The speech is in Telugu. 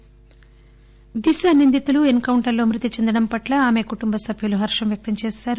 పేరెంట్స్ దిశ దిశ నిందితులు ఎస్ కౌంటర్లో మృతి చెందడం పట్ల ఆమె కుటుంబసభ్యులు హర్షం వ్యక్తం చేశారు